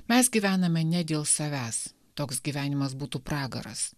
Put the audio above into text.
mes gyvename ne dėl savęs toks gyvenimas būtų pragaras